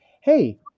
hey